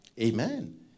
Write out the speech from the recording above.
Amen